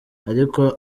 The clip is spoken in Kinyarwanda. ariko